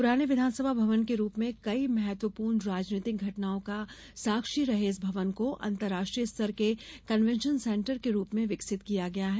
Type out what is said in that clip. प्राने विधानसभा भवन के रूप में कई महत्वपूर्ण राजनीतिक घटनाओं का साक्षी रहे इस भवन को अंतर्राष्ट्रीय स्तर के कन्वेशन सेंटर के रूप में विकसित किया गया है